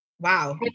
Wow